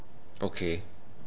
okay